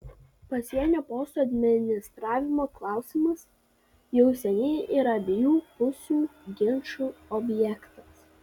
pasienio postų administravimo klausimas jau seniai yra abiejų pusių ginčų objektas